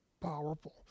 Powerful